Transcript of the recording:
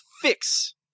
fix